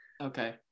Okay